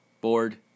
Bored